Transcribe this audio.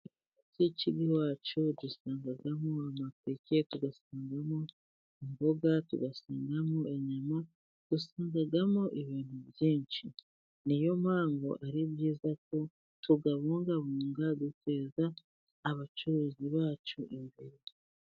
Butike z'iwacu dusangamo amateke, tugasangamo imboga, tugasangamo inyama, usangamo ibintu byinshi, niyo mpamvu ari byiza ko tuyabungabunga duteza abacuruzi bacu imbere.